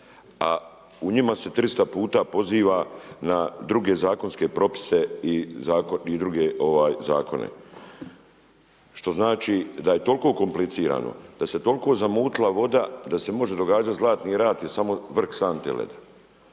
a u njima se 300 puta poziva na druge zakonske propise i druge zakone što znači da je toliko komplicirano, da se toliko zamutila voda da se može događati Zlatni rat, je samo vrh sante leda.